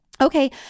Okay